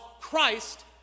Christ